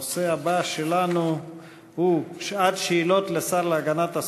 הנושא הבא שלנו הוא שעת שאלות לשר להגנת הסביבה.